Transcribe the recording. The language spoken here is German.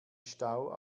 stau